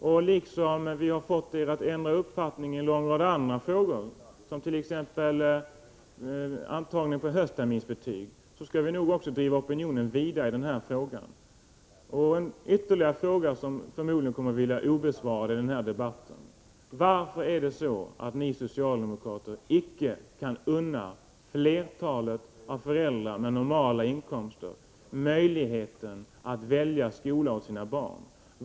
Vi har ju fått er att ändra uppfattning i en och annan fråga, t.ex. antagningen på höstterminsbetyg. Vi skall också nu driva opinionen vidare i den här frågan. Jag har ytterligare en fråga, som förmodligen blir obesvarad i den här debatten. Varför kan icke ni socialdemokrater unna flertalet föräldrar med normala inkomster möjligheten att välja skola för sina barn?